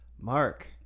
Mark